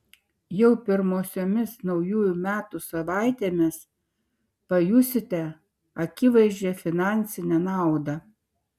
jau pirmosiomis naujųjų metų savaitėmis pajusite akivaizdžią finansinę naudą